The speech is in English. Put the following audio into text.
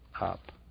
up